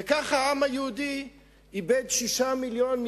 וכך העם היהודי איבד שישה מיליונים,